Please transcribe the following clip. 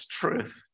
truth